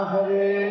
Hare